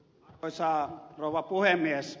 arvoisa rouva puhemies